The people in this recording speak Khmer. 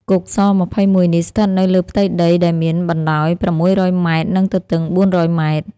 គុក ស.២១នេះ ស្ថិតនៅលើផ្ទៃដីដែលមានបណ្តោយ៦០០ ម៉ែត្រ និងទទឹង៤០០ ម៉ែត្រ។